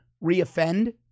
re-offend